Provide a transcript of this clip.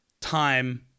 time